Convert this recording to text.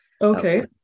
Okay